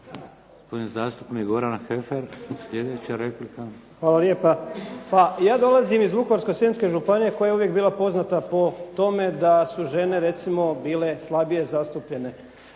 Gospodin zastupnik Goran Heffer slijedeća replika.